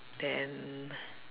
then